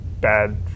bad